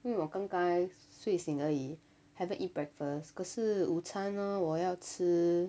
因为我刚刚睡醒而已 haven't eat breakfast 可是午餐呢我要吃